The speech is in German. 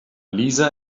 lisa